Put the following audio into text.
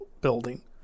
building